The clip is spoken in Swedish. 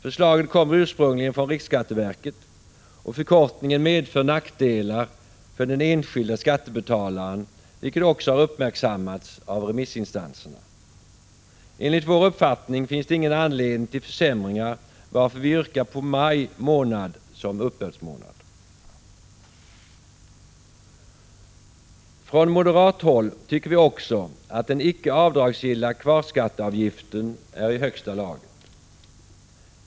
Förslaget kommer ursprungligen från riksskatteverket och förkortningen medför nackdelar för den enskilde skattebetalaren, vilket också har uppmärksammats av remissinstanserna. Enligt vår uppfattning finns det ingen anledning till försämringar, varför vi yrkar på maj som uppbördsmånad. Från moderat håll tycker vi också att den icke avdragsgilla kvarskatteavgiften är i högsta laget.